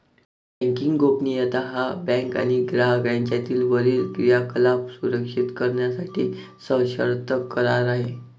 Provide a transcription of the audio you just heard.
banking गोपनीयता हा bank आणि ग्राहक यांच्यातील वरील क्रियाकलाप सुरक्षित करण्यासाठी सशर्त करार आहे